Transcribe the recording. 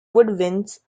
woodwinds